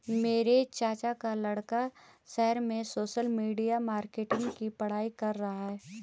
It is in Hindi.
मेरे चाचा का लड़का शहर में सोशल मीडिया मार्केटिंग की पढ़ाई कर रहा है